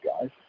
guys